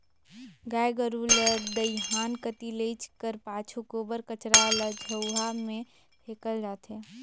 गाय गरू ल दईहान कती लेइजे कर पाछू गोबर कचरा ल झउहा मे फेकल जाथे